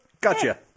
gotcha